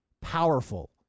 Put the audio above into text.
powerful